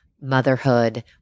motherhood